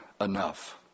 enough